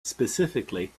specifically